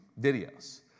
videos